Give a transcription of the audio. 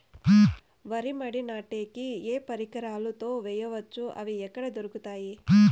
వరి మడి నాటే కి ఏ పరికరాలు తో వేయవచ్చును అవి ఎక్కడ దొరుకుతుంది?